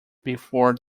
before